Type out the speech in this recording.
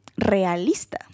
realista